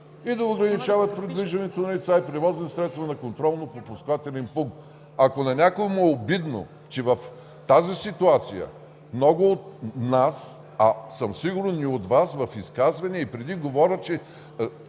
и да ограничават придвижването на лица и превозни средства на контролно-пропускателен пункт. Ако на някой му е обидно, че в тази ситуация много от нас, а съм сигурен и от Вас, в изказвания и преди говорят, че